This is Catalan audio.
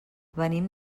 venim